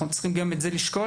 אנחנו צריכים גם את זה לשקול.